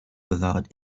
without